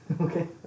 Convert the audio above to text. Okay